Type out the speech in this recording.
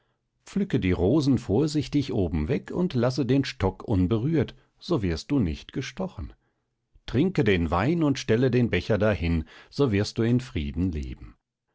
pflücke die rosen vorsichtig oben weg und lasse den stock unberührt so wirst du nicht gestochen trinke den wein und stelle den becher dahin so wirst du in frieden leben